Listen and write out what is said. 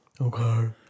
okay